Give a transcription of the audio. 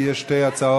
כי יש שתי הצעות.